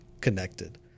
connected